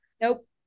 Nope